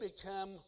become